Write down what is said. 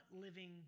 living